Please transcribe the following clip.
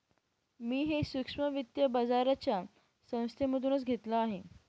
मी हे सूक्ष्म वित्त बाजाराच्या संस्थेमधून घेतलं आहे